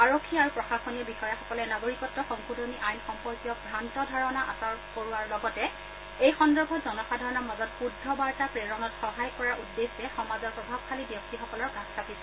আৰক্ষী আৰু প্ৰশাসনীয় বিষয়াসকলে নাগৰিকত্ব সংশোধনী আইন সম্পৰ্কীয় ভ্ৰান্ত ধাৰণা আঁতৰ কৰোৱাৰ লগতে এই সন্দৰ্ভত জনসাধাৰণৰ মাজত শুদ্ধ বাৰ্তা প্ৰেৰণত সহায় কৰাৰ উদ্দেশ্যে সমাজৰ প্ৰভাৱশালী ব্যক্তিসকলৰ কাষ চাপিছে